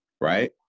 Right